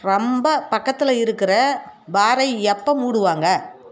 ரொம்ப பக்கத்தில் இருக்கிற பாரை எப்போ மூடுவாங்க